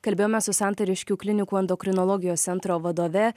kalbėjome su santariškių klinikų endokrinologijos centro vadove